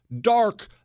dark